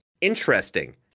interesting